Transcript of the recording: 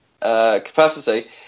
capacity